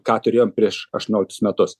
ką turėjom prieš aštuonioliktus metus